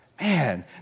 Man